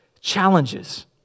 challenges